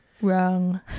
Wrong